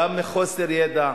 לעולים החדשים.